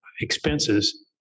expenses